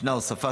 ישנה הוספה,